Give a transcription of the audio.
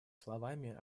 словами